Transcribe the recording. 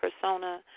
persona